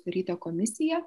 sudaryta komisija